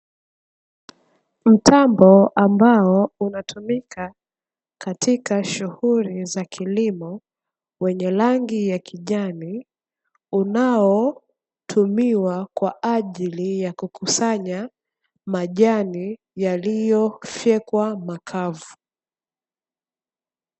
Mtambo ambao unatumika katika shughuli za kilimo wenye rangi ya kijani unaotumiwa kwa ajili ya kukusanya majani yaliyofyekwa makavu.